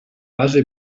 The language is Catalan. base